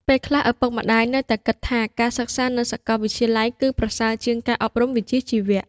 ពេលខ្លះ ឪពុកម្តាយនៅតែគិតថាការសិក្សានៅសាកលវិទ្យាល័យគឺប្រសើរជាងការអប់រំវិជ្ជាជីវៈ។